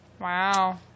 Wow